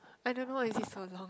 I don't know why is he so long